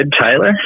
tyler